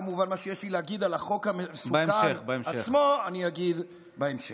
כמובן שאת מה שיש לי להגיד על החוק המסוכן עצמו אני אגיד בהמשך.